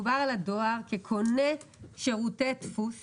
מדובר על הדואר כקונה שירותי דפוס